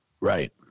Right